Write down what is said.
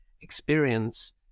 experience